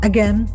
Again